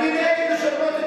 אני שאלתי אותך.